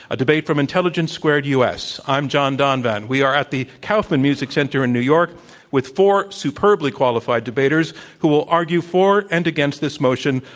a debate from intelligence squared u. s. i'm john donvan. we are at the kauffman music center in new york with four superbly qualified debaters who will argue for and against this motion,